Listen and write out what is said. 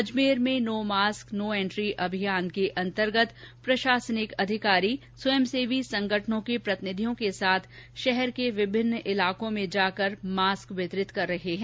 अजमेर में no mask no entry अभियान के अंतर्गत प्रशासनिक अधिकारी स्वयंसेवी संगठनों के प्रतिनिधियों के साथ शहर के विभिन्न इलाकों में जाकर मास्क वितरण कर रहे हैं